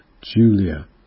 Julia